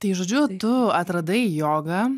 tai žodžiu tu atradai jogą